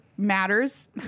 Matters